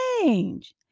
change